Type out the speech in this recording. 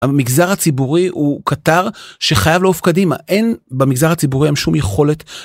המגזר הציבורי הוא כתר שחייב לעוף קדימה אין במגזר הציבורי היום שום יכולת.